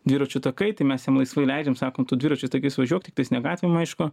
dviračių takai tai mes jam laisvai leidžiam sakom tu dviračių takais važiuok tiktais ne gatvėm aišku